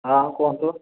ହଁ କୁହନ୍ତୁ